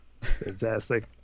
Fantastic